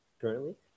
currently